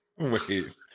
Wait